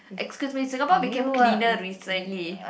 excuse me Singapore became cleaner recently